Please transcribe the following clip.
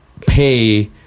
pay